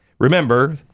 Remember